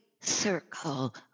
circle